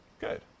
Good